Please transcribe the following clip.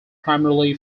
primarily